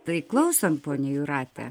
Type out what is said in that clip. tai klausom ponia jūrate